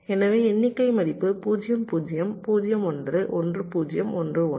எனவே எண்ணிக்கை மதிப்புகள் 0 0 0 1 1 0 1 1